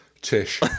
Tish